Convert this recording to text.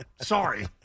Sorry